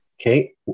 Okay